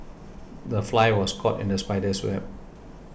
the fly was caught in the spider's web